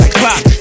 clock